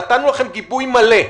נתנו לכם גיבוי מלא.